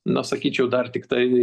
na sakyčiau dar tiktai